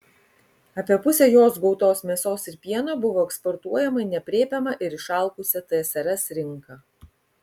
apie pusę jos gautos mėsos ir pieno buvo eksportuojama į neaprėpiamą ir išalkusią tsrs rinką